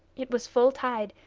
it was full tide,